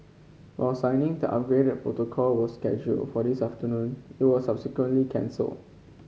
while signing the upgraded protocol was scheduled for this afternoon it was subsequently cancelled